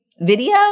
video